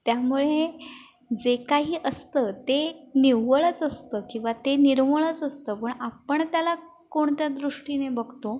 त्यामुळे जे काही असतं ते निव्वळच असतं किंवा ते निर्मळच असतं पण आपण त्याला कोणत्या दृष्टीने बघतो